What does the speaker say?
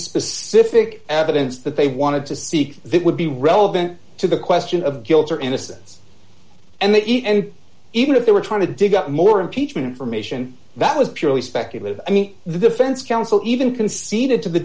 specific evidence that they wanted to speak that would be relevant to the question of guilt or innocence and they eat and even if they were trying to dig up more impeachment for mission that was purely speculative i mean the defense counsel even conceded to the